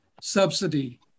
subsidy